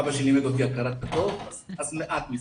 אבא שלי לימד אותי הכרת הטוב, אז מעט מזה.